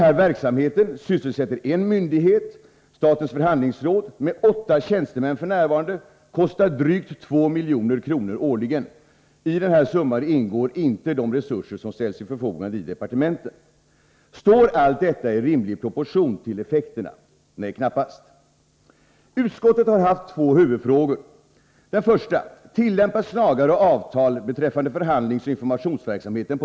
Denna verksamhet sysselsätter en myndighet, statens förhandlingsråd med åtta tjänstemän f.n., och kostar drygt 2 milj.kr. årligen. I denna summa ingår inte de resurser som ställs till förfogande i departementen. Står allt detta i rimlig proportion till effekterna? Nej, knappast. Utskottet har haft två huvudfrågor: 2.